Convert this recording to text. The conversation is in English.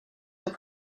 your